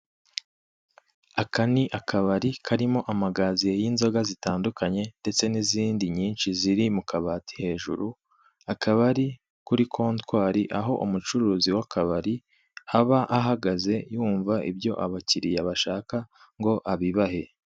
Aka ni akabari karimo amagaziye y'inzoga zitandukanye ndetse n'izindi nyinshi ziri mu kabati hejuru, akaba ari kuri kotwari aho umucuruzi w'akabari haba ahagaze yumva ibyo abakiriya bashaka ngo abibahe.